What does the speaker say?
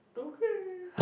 okay